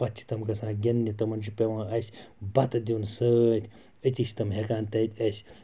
پَتہٕ چھِ تم گَژھان گِنٛدنہِ تمَن چھِ پٮ۪وان اَسہِ بَتہٕ دیُن سۭتۍ أتی چھِ تم ہٮ۪کان تَتہِ اَسہِ